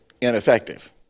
ineffective